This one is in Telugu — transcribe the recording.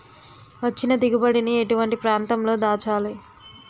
వచ్చిన దిగుబడి ని ఎటువంటి ప్రాంతం లో దాచాలి?